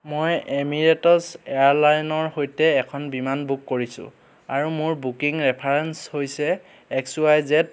মই এমিৰেটছ এয়াৰলাইনৰ সৈতে এখন বিমান বুক কৰিছোঁ আৰু মোৰ বুকিং ৰেফাৰেন্স হৈছে এক্স ৱাই জেদ